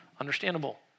understandable